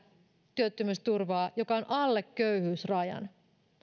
työttömyysturvaa joka on alle köyhyysrajan